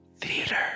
Theater